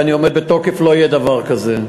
ואני עומד בתוקף: לא יהיה דבר כזה.